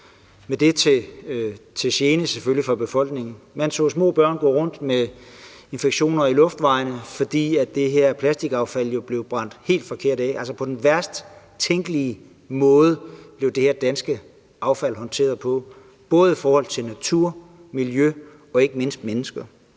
– selvfølgelig til gene for befolkningen. Man så små børn gå rundt med infektioner i luftvejene, fordi det her plastikaffald jo blev brændt helt forkert af. Altså, det her danske affald blev håndteret på den værst tænkelige måde i forhold til både natur, miljø og ikke mindst mennesker.